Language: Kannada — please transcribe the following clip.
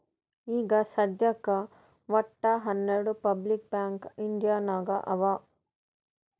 ಈಗ ಸದ್ಯಾಕ್ ವಟ್ಟ ಹನೆರ್ಡು ಪಬ್ಲಿಕ್ ಬ್ಯಾಂಕ್ ಇಂಡಿಯಾ ನಾಗ್ ಅವಾ